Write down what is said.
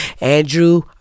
Andrew